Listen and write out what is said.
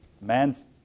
man's